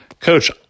Coach